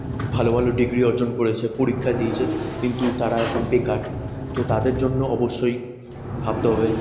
ভালো ভালো ডিগ্রি অর্জন করেছে পরীক্ষা দিয়েছে কিন্তু তারা এখন বেকার তো তাদের জন্য অবশ্যই ভাবতে হবে